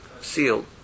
sealed